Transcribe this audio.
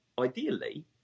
ideally